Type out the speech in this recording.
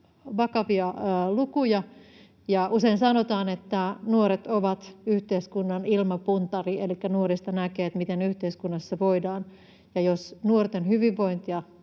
vakavia lukuja. Usein sanotaan, että nuoret ovat yhteiskunnan ilmapuntari, elikkä nuorista näkee, miten yhteiskunnassa voidaan, ja jos nuorten hyvinvointia